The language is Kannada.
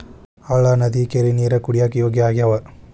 ಹಳ್ಳಾ ನದಿ ಕೆರಿ ನೇರ ಕುಡಿಯಾಕ ಯೋಗ್ಯ ಆಗ್ಯಾವ